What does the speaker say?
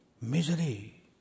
Misery